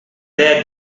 that